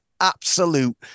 Absolute